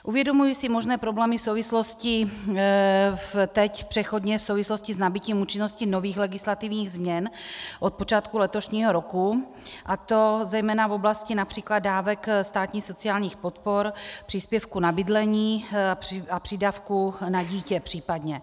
Uvědomuji si možné problémy v souvislosti, teď přechodně v souvislosti s nabytím účinnosti nových legislativních změn od počátku letošního roku, a to zejména v oblasti například dávek státních sociálních podpor, příspěvku na bydlení a přídavků na dítě případně.